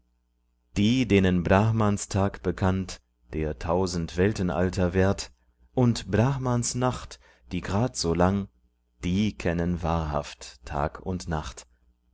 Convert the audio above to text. die denen brahmans tag bekannt der tausend weltenalter währt und brahmans nacht die grad so lang die kennen wahrhaft tag und nacht